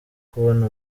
kubona